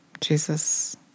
Jesus